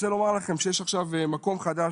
אני רוצה לומר לכם שיש עכשיו מקום חדש